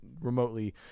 remotely